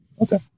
Okay